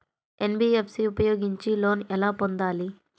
NBFC ఉపయోగించి loan ఎలా పొందాలి?